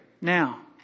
Now